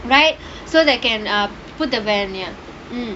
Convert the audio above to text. right so they can ah put the van ya